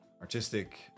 artistic